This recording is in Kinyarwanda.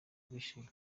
bishyuye